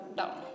down